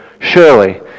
surely